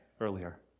earlier